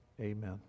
amen